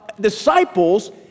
disciples